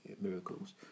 miracles